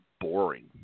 boring